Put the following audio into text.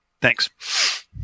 Thanks